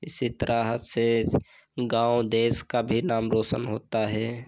इसी तरह से गाँव देश का भी नाम रोशन होता है